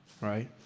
right